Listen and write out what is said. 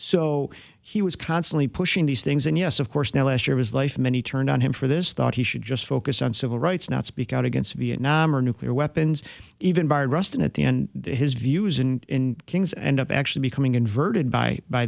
so he was constantly pushing these things and yes of course now last year his life many turned on him for this thought he should just focus on civil rights not speak out against vietnam or nuclear weapons even by ruston at the end his views and kings and up actually becoming inverted by by